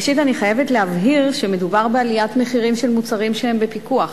ראשית אני חייבת להבהיר שמדובר בעליית מחירים של מוצרי שהם בפיקוח,